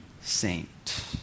saint